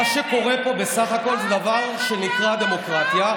מה שקורה פה בסך הכול זה דבר שנקרא דמוקרטיה.